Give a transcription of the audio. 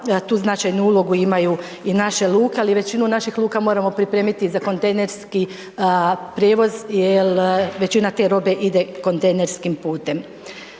tu značajnu ulogu imaju i naše luke, ali većinu naših luka moramo pripremiti za kontejnerski prijevoz jel većina te robe ide kontejnerskim putem.